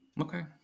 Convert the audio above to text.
Okay